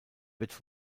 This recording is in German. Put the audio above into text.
wird